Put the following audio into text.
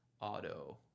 Auto